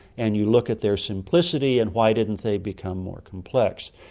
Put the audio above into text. and you look at their simplicity and why didn't they become more complex?